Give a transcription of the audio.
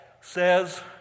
says